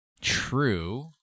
True